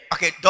Okay